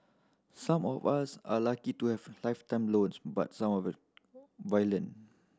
some of us are lucky to have lifetime loans but some of violin